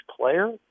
player